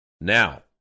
Now